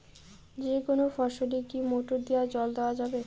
যেকোনো ফসলে কি মোটর দিয়া জল দেওয়া যাবে?